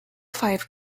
five